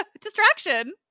Distraction